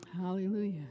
Hallelujah